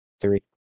Three